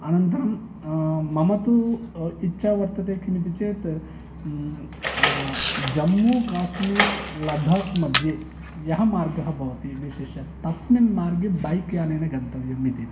अनन्तरं मम तु इच्छा वर्तते किम् इति चेत् जम्मूकाश्मीर् लद्दाक् मध्ये यः मार्गः भवति विशेषः तस्मिन् मार्गे बैक्यानेन गन्तव्यम् इति